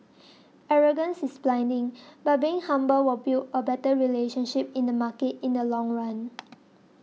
arrogance is blinding but being humble will build a better relationship in the market in the long run